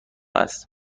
است